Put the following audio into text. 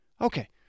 Okay